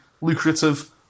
lucrative